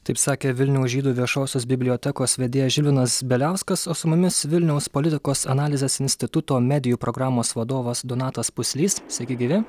taip sakė vilniaus žydų viešosios bibliotekos vedėjas žilvinas beliauskas o su mumis vilniaus politikos analizės instituto medijų programos vadovas donatas puslys sveiki gyvi